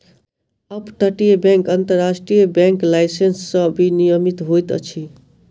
up तटीय bank अन्तर्राष्ट्रीय bank licence सॅ विनियमित होइत अछि